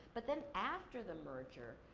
but then, after the merger,